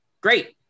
great